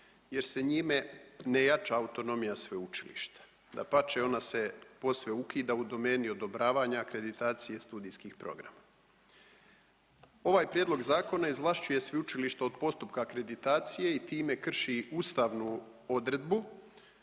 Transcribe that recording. jer se njime ne jača autonomija sveučilišta, dapače ona se posve ukida u domeni odobravanja i akreditacije studijskih programa. Ovaj prijedlog zakona izvlašćuje sveučilište od postupka akreditacije i time krši ustavnu odredbu